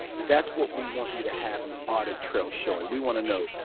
that's what we want you to have an audit trail showing. we want to know,